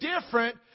different